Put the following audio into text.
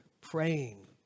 praying